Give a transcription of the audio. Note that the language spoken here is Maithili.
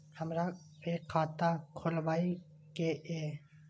हमरा एक खाता खोलाबई के ये?